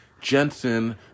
Jensen